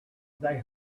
they